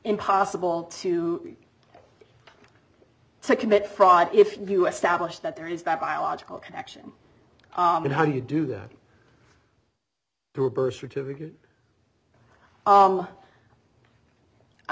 impossible to commit fraud if you establish that there is that biological connection and how you do that through a birth certificate